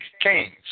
kings